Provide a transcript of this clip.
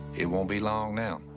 it won't be long now.